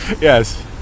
Yes